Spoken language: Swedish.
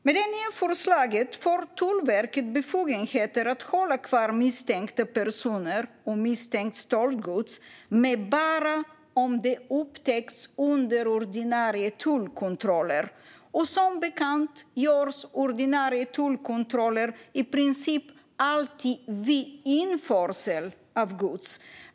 Med det nya förslaget får Tullverket befogenheter att hålla kvar misstänkta personer och misstänkt stöldgods, men bara om upptäckten sker under ordinarie tullkontroll. Som bekant görs ordinarie tullkontroller i princip bara vid införsel av gods.